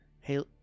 Hey